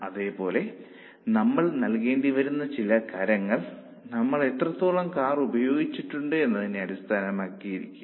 അതുപോലെ നമ്മൾ നൽകേണ്ടിവരുന്ന ചില കരങ്ങൾ നമ്മൾ എത്രത്തോളം കാർ ഉപയോഗിച്ചിട്ടുണ്ട് എന്നതിനെ അടിസ്ഥാനമാക്കിയാ യിരിക്കില്ല